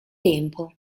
tempo